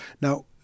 now